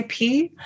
IP